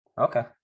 Okay